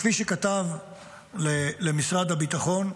כפי שכתב למשרד הביטחון,